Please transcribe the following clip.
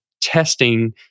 testing